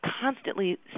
constantly